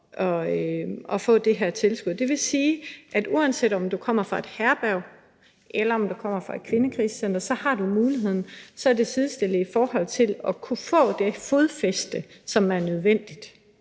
at få det her tilskud. Det vil sige, at uanset om du kommer fra et herberg eller et kvindekrisecenter, så har du muligheden; så er man sidestillet i forhold til at kunne få det fodfæste, som er nødvendigt.